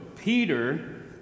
Peter